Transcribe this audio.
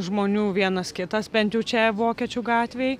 žmonių vienas kitas bent jau čia vokiečių gatvėj